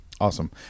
Awesome